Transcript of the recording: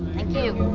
thank you.